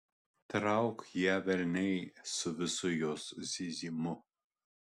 trauk ją velniai su visu jos zyzimu